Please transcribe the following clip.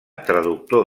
traductor